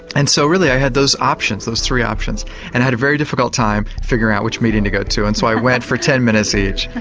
and so really i had those options, those three options and had a very difficult time figuring out which meeting to go to. and so i went for ten minutes each.